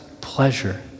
pleasure